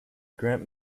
grant